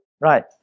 Right